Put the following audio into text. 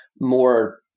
more